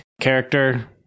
character